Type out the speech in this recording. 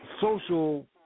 social